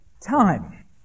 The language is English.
time